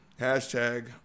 hashtag